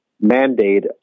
mandate